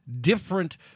different